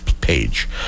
page